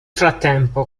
frattempo